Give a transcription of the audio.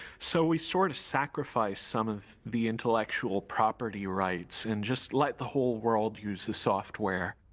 so we sort of sacrifice some of the intellectual property rights and just let the whole world use the software